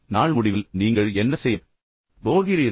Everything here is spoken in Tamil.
நாள் முடிவில் நீங்கள் என்ன செய்யப் போகிறீர்கள்